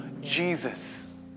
Jesus